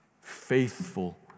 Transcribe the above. faithful